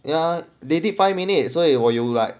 ya lady five minutes 所以我有 like